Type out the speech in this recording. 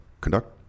conduct